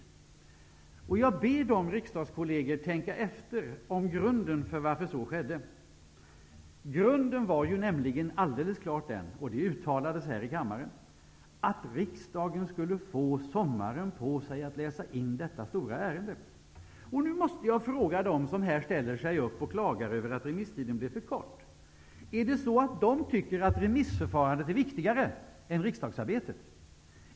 Jag ber riksdagskollegerna att tänka efter beträffande grunden till att så skedde. Grunden var nämligen alldeles klart -- och det uttalades här i kammaren -- att riksdagen skulle få sommaren på sig att läsa in detta stora ärende. Nu måste jag fråga dem som här ställer sig upp och klagar över att remisstiden blev för kort: ''Tycker ni att remissförfarandet är viktigare än riksdagsarbetet?